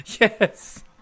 Yes